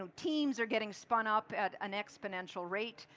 so teams are getting spun up at an exspongsal rate,